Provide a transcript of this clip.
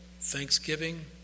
thanksgiving